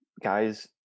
Guys